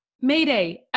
Mayday